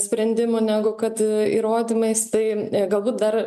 sprendimų negu kad įrodymais tai galbūt dar